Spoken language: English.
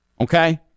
Okay